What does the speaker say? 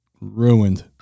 ruined